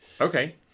okay